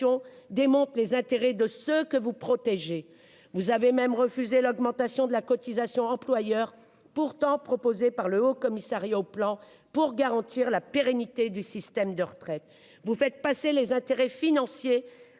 révèlent les intérêts de ceux que vous protégez. Vous avez même refusé l'augmentation de la cotisation employeur, pourtant proposée par le Haut-Commissariat au Plan pour garantir la pérennité du système de retraite. Vous faites passer les intérêts financiers